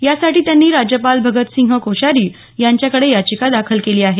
यासाठी त्यांनी राज्यपाल भगतसिंह कोश्यारी यांच्याकडे याचिका दाखल केली आहे